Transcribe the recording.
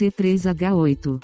C3H8